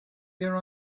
there